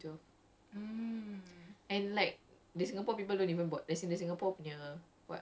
that's that's the awkward thing because actually like I said just now the japanese narrative is P_G twelve